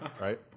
right